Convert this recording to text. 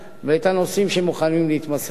ואת הנושאים שהם מוכנים להתמסר להם.